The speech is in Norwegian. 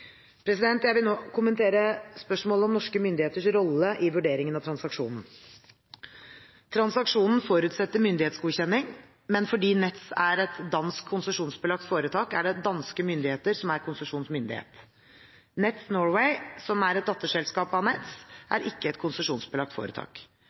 Jeg vil nå kommentere spørsmålet om norske myndigheters rolle i vurderingen av transaksjonen. Transaksjonen forutsetter myndighetsgodkjenning, men fordi Nets er et dansk konsesjonsbelagt foretak, er det danske myndigheter som er konsesjonsmyndighet. Nets Norway AS, som er et datterselskap av Nets,